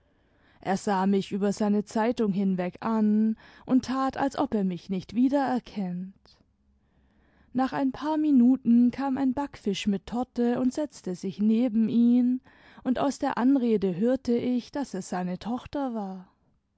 er sah mich über seine zeitung hinweg an und tat als ob er mich nicht wiedererkennt nach ein paar minuten kam ein backfisch mit torte und setzte sich neben ihn und aus der anrede hörte ich daß es seine tochter war